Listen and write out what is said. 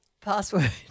Password